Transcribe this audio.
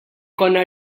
konna